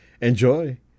enjoy